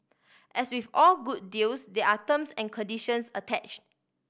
as with all good deals there are terms and conditions attach